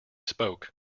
spoke